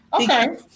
Okay